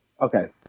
Okay